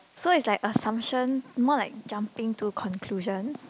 so it's like assumption more like jumping to conclusion